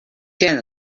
què